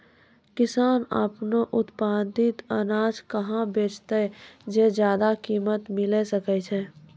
किसान आपनो उत्पादित अनाज कहाँ बेचतै जे ज्यादा कीमत मिलैल सकै छै?